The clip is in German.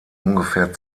ungefähr